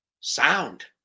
sound